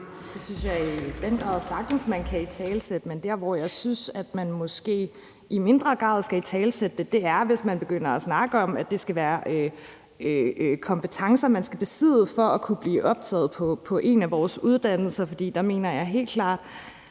Det synes jeg i den grad sagtens man kan italesætte, men der, hvor jeg synes at man måske i mindre grad skal italesætte det, er, hvis man begynder at snakke om, at det er kompetencer, man skal besidde for at kunne blive optaget på en af vores uddannelser. Der mener jeg helt klart,